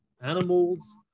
animals